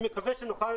אני מקווה שנוכל